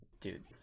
Dude